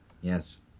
Yes